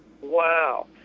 Wow